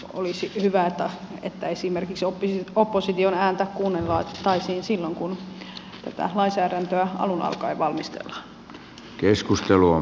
olisi hyvä että esimerkiksi opposition ääntä kuunneltaisiin silloin kun tätä lainsäädäntöä alun alkaen valmistellaan